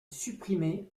supprimé